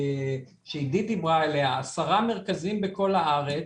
שעידית דיברה עליה, עשרה מרכזים בכל הארץ,